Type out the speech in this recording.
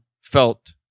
felt